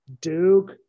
Duke